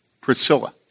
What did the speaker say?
Priscilla